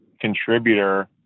contributor